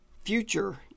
future